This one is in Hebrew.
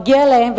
מגיע להם,